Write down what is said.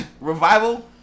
Revival